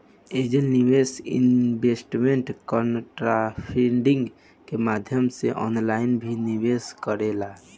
angel निवेशक equity crowdfunding के माध्यम से ऑनलाइन भी निवेश करेले